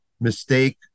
mistake